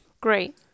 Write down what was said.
great